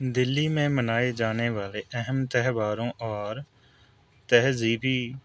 دلی میں منائے جانے والے اہم تہواروں اور تہذیبی